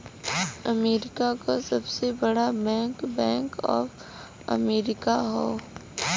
America क सबसे बड़ा बैंक बैंक ऑफ अमेरिका हौ